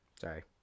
Sorry